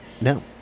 No